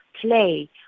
play